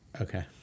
okay